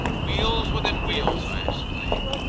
wheels within wheels! i exclaimed.